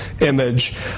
image